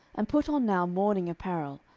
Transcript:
and put on now mourning apparel,